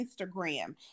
Instagram